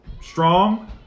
Strong